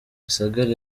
rusagara